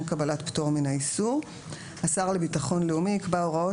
קבלת פטור מן האיסור; השר לביטחון לאומי יקבע הוראות